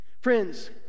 friends